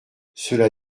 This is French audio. cela